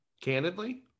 Candidly